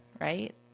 right